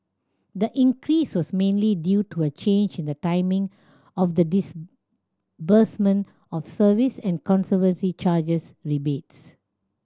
the increase was mainly due to a change in the timing of the disbursement of service and conservancy charges rebates